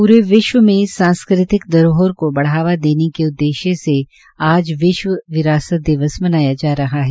पूरे विश्व में सांस्कृतिक धरोहर को बढ़ावा देने के उददेश्य से आज विश्व विरासत दिवस जा रहा है